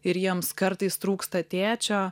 ir jiems kartais trūksta tėčio